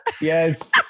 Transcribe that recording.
Yes